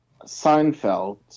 Seinfeld